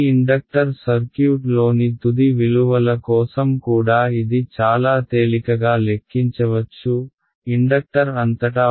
ఈ ఇండక్టర్ సర్క్యూట్లోని తుది విలువల కోసం కూడా ఇది చాలా తేలికగా లెక్కించవచ్చు ఇండక్టర్ అంతటా వోల్టేజ్ 0 కి సమానం